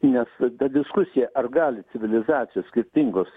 nes ta diskusija ar gali civilizacijos skirtingos